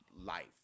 life